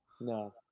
No